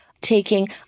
taking